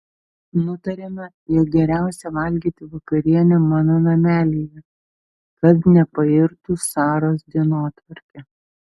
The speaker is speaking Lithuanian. nutariame jog geriausia valgyti vakarienę mano namelyje kad nepairtų saros dienotvarkė